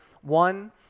one